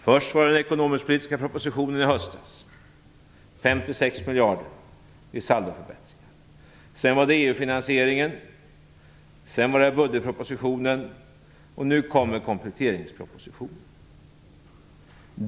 Först var det den ekonomisk-politiska propositionen i höstas: 56 miljarder i saldoförbättringar. Sedan var det EU-finansieringen. Sedan var det budgetpropositionen, och nu kommer kompletteringspropositionen.